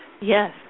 Yes